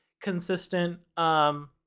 consistent